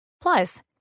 Plus